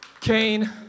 Cain